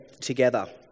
together